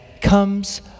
comes